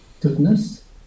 goodness